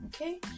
Okay